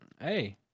Hey